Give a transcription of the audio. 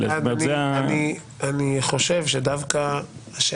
וכאן אני אומר לחבר הכנסת פינדרוס ולחבר הכנסת מלול,